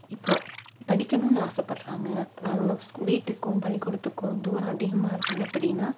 இப்போது படிக்கணும்னு ஆசைப்படுறாங்க அது அவங்க ஸ்கூ வீட்டுக்கும் பள்ளிக்கூடத்துக்கும் தூரம் அதிகமாக இருக்குது அப்படின்னா